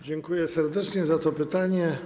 Dziękuję serdecznie za to pytanie.